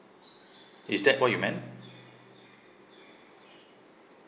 is that what you meant